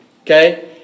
Okay